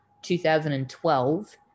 2012